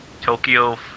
Tokyo